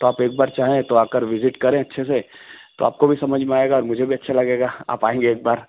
तो आप एक बार चाहें तो आकर विज़िट करें अच्छे से तो आपको भी समझ में आएगा और मुझे भी अच्छा लगेगा आप आएँगे एक बार